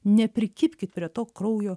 neprikibkit prie to kraujo